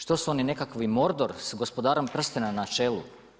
Što su oni nekakvi MOrdor s gospodarom prstena na čelu?